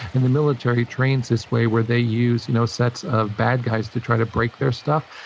and the military trains this way, where they use you know sets of bad guys to try to break their stuff.